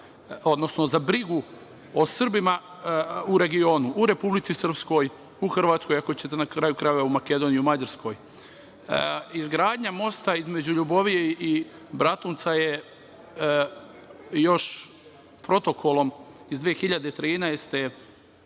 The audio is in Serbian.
odnosno za brigu o Srbima u regionu u Republici Srpskoj, u Hrvatsko, na kraju krajeva u Makedoniji u Mađarskoj. Izgradnja mosta između LJubovije i Bratunca još Protokolom iz 2013.